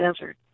desert